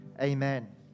Amen